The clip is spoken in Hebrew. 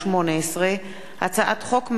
פ/3654/18 וכלה בהצעת חוק פ/3685/18,